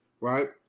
right